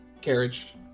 carriage